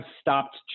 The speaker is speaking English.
stopped